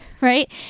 right